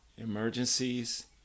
emergencies